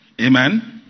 Amen